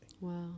Wow